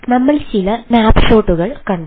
നമ്മൾ ചില സ്നാപ്പ്ഷോട്ടുകൾ കണ്ടു